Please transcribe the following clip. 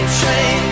train